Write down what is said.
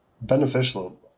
beneficial